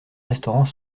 restaurant